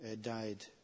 died